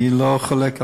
אני לא חולק עלייך.